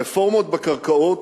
הרפורמות בקרקעות,